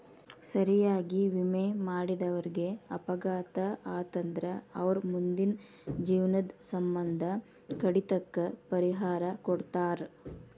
ಸರಿಯಾಗಿ ವಿಮೆ ಮಾಡಿದವರೇಗ ಅಪಘಾತ ಆತಂದ್ರ ಅವರ್ ಮುಂದಿನ ಜೇವ್ನದ್ ಸಮ್ಮಂದ ಕಡಿತಕ್ಕ ಪರಿಹಾರಾ ಕೊಡ್ತಾರ್